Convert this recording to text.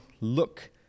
Look